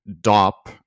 dop